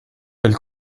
elle